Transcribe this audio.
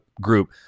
group